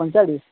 ᱯᱚᱸᱪᱟᱲᱤᱥ